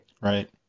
Right